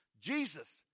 Jesus